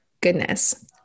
goodness